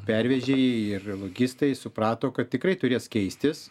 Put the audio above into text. pervežėjai ir logistai suprato kad tikrai turės keistis